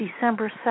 December